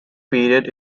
period